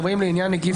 העניין.